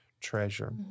treasure